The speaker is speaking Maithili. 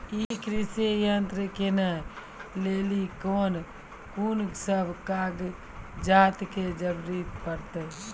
ई कृषि यंत्र किनै लेली लेल कून सब कागजात के जरूरी परतै?